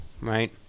right